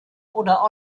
oder